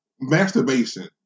masturbation